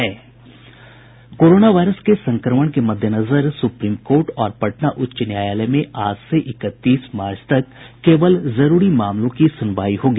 corona virus के संक्रमण के मद्देनजर सुप्रीम कोर्ट और पटना उच्च न्यायालय में आज से इकतीस मार्च तक केवल जरूरी मामलों की सुनवाई होगी